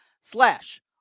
slash